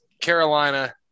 Carolina